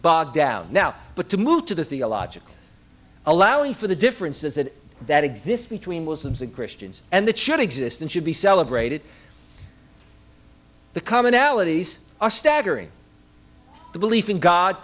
bogged down now but to move to the theological allowing for the differences that that exist between muslims and christians and that should exist and should be celebrated the commonalities are staggering the belief in god